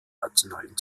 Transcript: rationalen